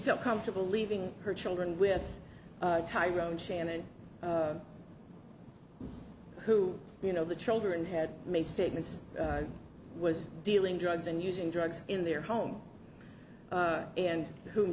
felt comfortable leaving her children with tyrone shannon who you know the children had made statements was dealing drugs and using drugs in their home and who